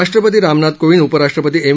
राष्ट्रपती रामनाथ कोविंद उपराष्ट्रपती एम